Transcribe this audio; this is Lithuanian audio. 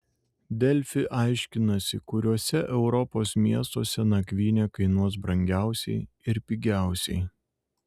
delfi aiškinasi kuriuose europos miestuose nakvynė kainuos brangiausiai ir pigiausiai